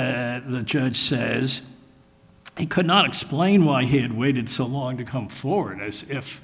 the judge says he could not explain why he'd waited so long to come forward if